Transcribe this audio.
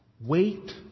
Wait